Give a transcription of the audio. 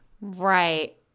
Right